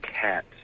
cat